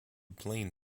plain